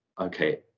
okay